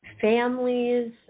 families